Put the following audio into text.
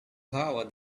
power